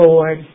Lord